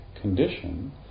condition